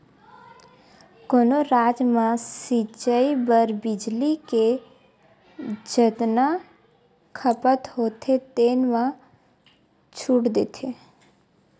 कोनो राज म सिचई बर बिजली के जतना खपत होथे तेन म छूट देथे